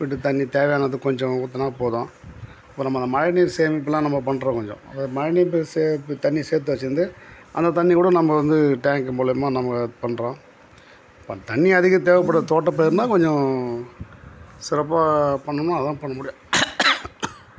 வீட்டுத் தண்ணி தேவையானது கொஞ்சம் ஊற்றுனா போதும் இப்போ நம்ம அந்த மழைநீர் சேமிப்பெலாம் நம்ம பண்ணுறோம் கொஞ்சம் அந்த மழைநீர் தண்ணி சேர்த்து வெச்சுருந்து அந்த தண்ணிக்கூடும் நம்ம வந்து டேங்க்கு மூலயமா நம்ம பண்ணுறோம் பா தண்ணி அதிகம் தேவைப்பட்ற தோட்டப்பயிர்னால் கொஞ்சம் சிறப்பாக பண்ணணும் அதுதான் பண்ண முடியும்